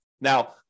Now